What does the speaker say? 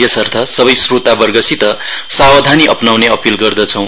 यसर्थ सबै स्रोतावर्गसित सावधानी अपनाउने अपील गर्दछौं